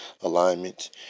alignment